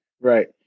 Right